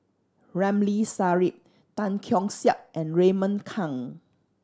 Ramli Sarip Tan Keong Saik and Raymond Kang